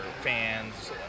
fans